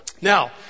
Now